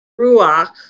Ruach